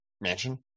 mansion